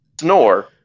snore